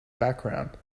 background